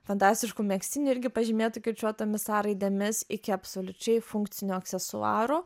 fantastiškų megztinių irgi pažymėtų kirčiuotomis a raidėmis iki absoliučiai funkcinio aksesuarų